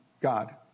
God